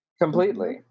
Completely